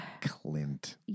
Clint